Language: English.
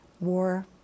War